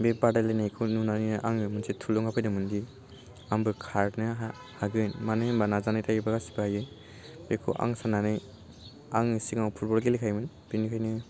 बे बादायलायनायखौ नुनानैनो आङो मोनसे थुलुंगा फैदोंमोनदि आंबो खारनो हा हागोन मानो होनोबा नाजानाय थायोबा गासैबो हायो बेखौ आं सान्नानै आङो सिगां फुटबलसो गेलेखायोमोन बेनिखायनो